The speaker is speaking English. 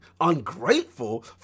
ungrateful